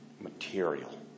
material